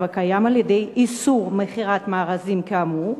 הקיים על-ידי איסור מכירת מארזים כאמור,